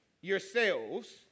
yourselves